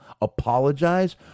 apologize